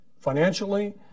financially